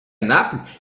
naples